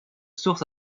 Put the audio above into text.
source